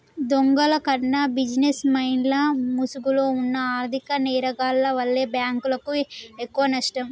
దొంగల కన్నా బిజినెస్ మెన్ల ముసుగులో వున్న ఆర్ధిక నేరగాల్ల వల్లే బ్యేంకులకు ఎక్కువనష్టం